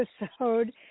episode